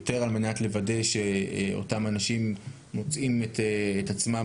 יותר על מנת לוודא שאותם אנשים ימצאו את עצמם